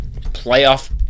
playoff